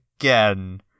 again